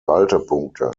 haltepunkte